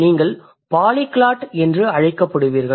நீங்கள் "பாலிகிளாட்" என்று அழைக்கப்படுவீர்கள்